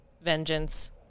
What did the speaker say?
vengeance